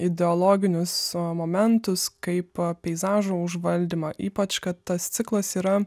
ideologinius a momentus kaip peizažo užvaldymą ypač kad tas ciklas yra